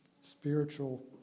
spiritual